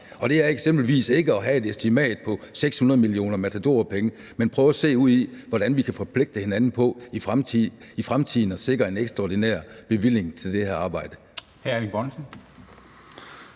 det er eksempelvis ikke at have et estimat på 600 mio. kr. i matadorpenge, men prøve at se ud i, hvordan vi kan forpligte hinanden på i fremtiden at sikre en ekstraordinær bevilling til det her arbejde.